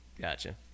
Gotcha